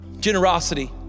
Generosity